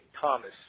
Thomas